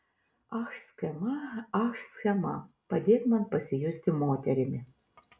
ach schema ach schema padėk man pasijusti moterimi